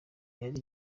yari